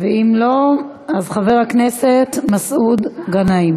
ואם לא, חבר הכנסת מסעוד גנאים